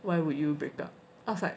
why would you break up I was like